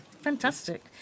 Fantastic